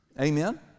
Amen